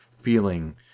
feeling